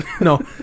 no